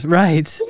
right